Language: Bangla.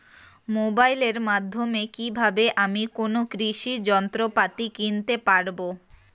মোবাইলের মাধ্যমে কীভাবে আমি কোনো কৃষি যন্ত্রপাতি কিনতে পারবো?